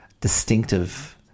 distinctive